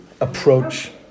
Approach